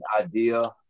idea